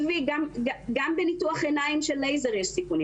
גם בניתוח עיניים בלייזר יש סיכונים,